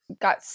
got